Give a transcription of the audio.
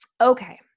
Okay